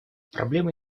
проблемы